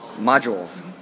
Modules